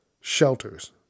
Shelters